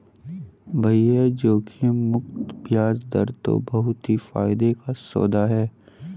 भैया जोखिम मुक्त बयाज दर तो बहुत ही फायदे का सौदा है